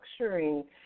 structuring